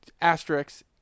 asterisks